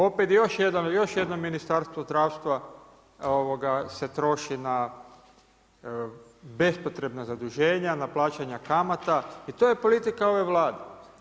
Opet i još jedno Ministarstvo zdravstva se troši na bespotrebna zaduženja, na plaćanja kamata i to je politika ove Vlade.